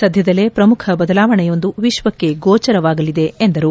ಸದ್ಧದಲ್ಲೇ ಪ್ರಮುಖ ಬದಲಾವಣೆಯೊಂದು ವಿಶ್ವಕ್ಷೆ ಗೋಚರವಾಗಲಿದೆ ಎಂದರು